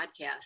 podcast